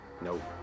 Nope